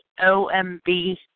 OMB